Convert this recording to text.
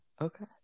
okay